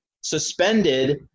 suspended